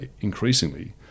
increasingly